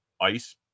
ice